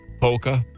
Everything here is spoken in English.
Polka